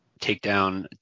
takedown